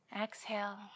exhale